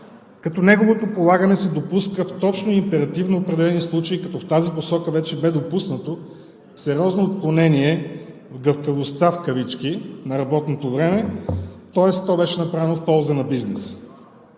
като неговото полагане се допуска в точно императивно определени случаи. В тази посока вече бе допуснато сериозно отклонение в гъвкавостта в кавички на работното време, тоест то беше направено в полза на бизнеса.